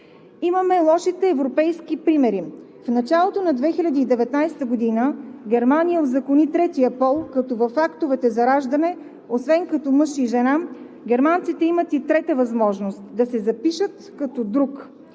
Имаме лошите европейски примери. В началото на 2019 г. Германия узакони третия пол, като в актовете за раждане освен като мъж и жена германците имат и трета възможност – да се запишат като „друг“.